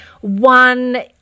one